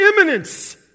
imminence